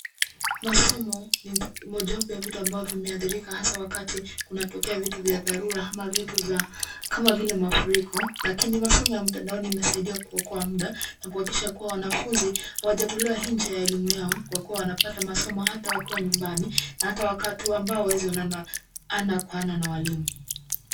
Masomo ni mojawapo ya vitu ambavyo vimeadhirika hasaa wakati kunatokea vitu vya dharura ama vitu za kama vile mafuriko lakini masomo ya mtandaoni imesaidia kuokoa muda na kuhakikisha kuwa wanafunzi hawajatolewa nje ya elimu yao wakuwe wanapata masomo hata wakiwa nyumbani na hata wakati ambao hawaezi onana ana kwa ana na walimu.